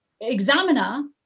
examiner